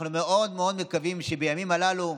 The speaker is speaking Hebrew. אנחנו מאוד מאוד מקווים שבימים הללו,